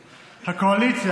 סליחה,